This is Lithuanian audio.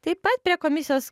taip pat prie komisijos